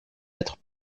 être